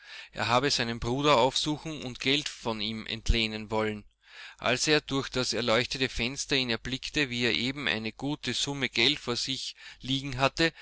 er habe seinen bruder aufsuchen und geld von ihm entlehnen wollen als er durch das erleuchtete fenster ihn erblickte wie er eben eine gute summe geld vor sich liegen hatte